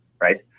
right